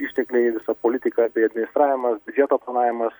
ištekliai visa politika bei administravimas biudžeto planavimas